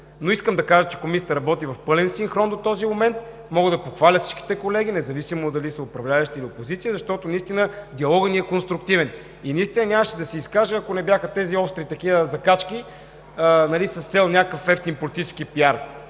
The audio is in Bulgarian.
Но искам да кажа, че Комисията работи в пълен синхрон до този момент. Мога да похваля всичките колеги, независимо дали са управляващи, или опозиция, защото диалогът ни наистина е конструктивен. Нямаше да се изкажа, ако не бяха тези остри закачки с цел евтин политически PR.